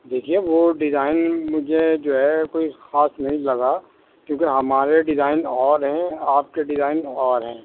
دیکھیے وہ ڈیزائن مجھے جو ہے کوئی خاص نہیں لگا کیونکہ ہمارے ڈیزائن اور ہیں آپ کے ڈیزائن اور ہیں